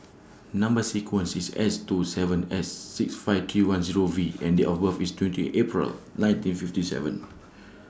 Number sequence IS S two seven S six five three one Zero V and Date of birth IS twenty eight April nineteen fifty seven